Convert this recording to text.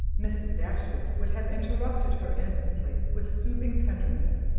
mrs. dashwood would have interrupted her instantly with soothing tenderness,